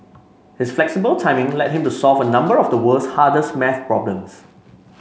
his flexible timing led him to solve a number of the world's hardest maths problems